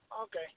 Okay